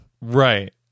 right